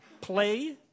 play